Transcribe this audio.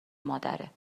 مادره